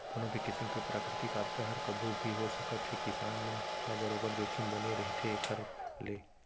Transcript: कोनो भी किसिम के प्राकृतिक आपदा हर कभू भी हो सकत हे किसान मन ल बरोबर जोखिम बने रहिथे एखर ले